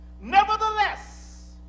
Nevertheless